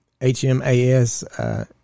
HMAS